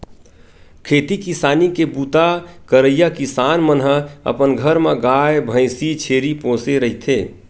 खेती किसानी के बूता करइया किसान मन ह अपन घर म गाय, भइसी, छेरी पोसे रहिथे